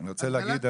אני רוצה להגיד,